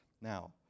Now